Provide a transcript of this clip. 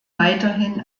weiterhin